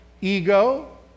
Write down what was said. Ego